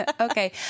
Okay